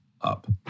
up